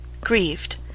Grieved